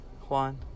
Juan